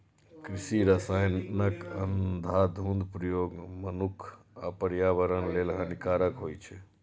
कृषि रसायनक अंधाधुंध प्रयोग मनुक्ख आ पर्यावरण लेल हानिकारक होइ छै